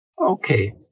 Okay